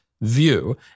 view